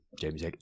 james